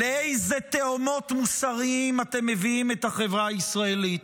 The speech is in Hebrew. לאיזה תהומות מוסריים אתם מביאים את החברה הישראלית?